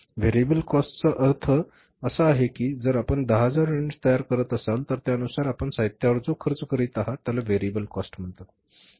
variable cost चा अर्थ असा आहे की जर आपण 10000 युनिट्स तयार करत असाल तर त्यानुसार आपण साहित्यावर जो खर्च करीत आहोत त्याला व्हेरिएबल कॉस्ट म्हणतात